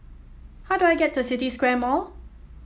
how do I get to City Square Mall